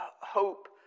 hope